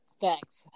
Thanks